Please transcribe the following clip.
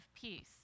peace